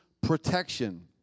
protection